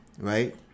Right